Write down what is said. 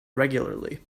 regularly